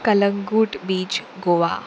Calangute beach Goa